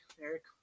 Eric